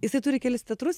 jisai turi kelis teatrus